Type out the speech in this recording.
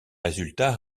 résultats